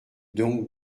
donc